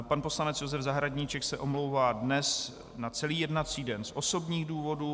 Pan poslanec Josef Zahradníček se omlouvá dnes na celý jednací den z osobních důvodů.